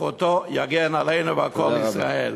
זכותו תגן עלינו ועל כל ישראל.